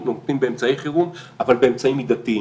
בעת חירום נוקטים בעת חירום, אבל באמצעים מידתיים.